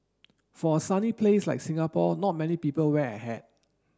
for a sunny place like Singapore not many people wear a hat